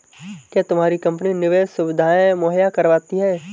क्या तुम्हारी कंपनी निवेश सुविधायें मुहैया करवाती है?